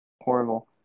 horrible